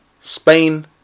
Spain